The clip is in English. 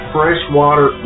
Freshwater